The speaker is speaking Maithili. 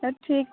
ठीक छै